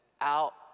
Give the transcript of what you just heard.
out